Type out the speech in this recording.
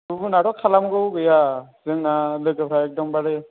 गुबुनआथ' खालामगौ गैया जोंना लोगोफ्रा एखदमबारे